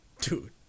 dude